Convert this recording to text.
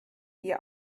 wir